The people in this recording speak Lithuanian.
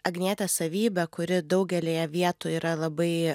agnietės savybė kuri daugelyje vietų yra labai